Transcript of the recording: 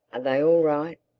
are they all right?